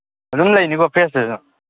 ꯑꯗꯨꯝ ꯂꯩꯅꯤꯀꯣ ꯐ꯭ꯔꯦꯁꯇꯨꯁꯨ